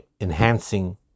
enhancing